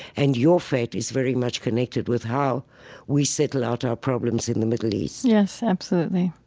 and your fate is very much connected with how we settle out our problems in the middle east yes, absolutely.